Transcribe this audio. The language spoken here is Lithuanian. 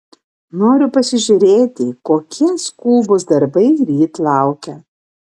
noriu pasižiūrėti kokie skubūs darbai ryt laukia